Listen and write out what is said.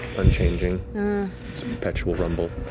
unchanging it's a perpetual rumble.